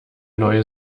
neue